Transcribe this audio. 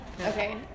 Okay